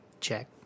check